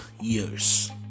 years